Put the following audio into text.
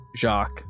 Jacques